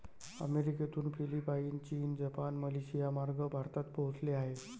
अमेरिकेतून फिलिपाईन, चीन, जपान, मलेशियामार्गे भारतात पोहोचले आहे